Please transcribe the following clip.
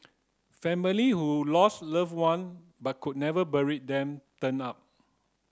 family who lost loved one but could never bury them turned up